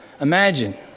Imagine